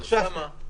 יפה, אוסאמה.